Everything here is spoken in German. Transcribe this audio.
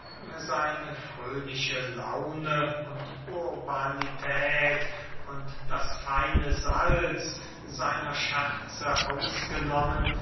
seine fröhliche laune und urbanität und das feine salz seiner scherze ausgenommen